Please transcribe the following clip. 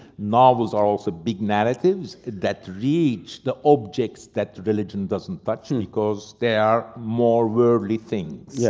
novels are also big narratives that reach the objects that religion doesn't touch and because they are more worldly things. yeah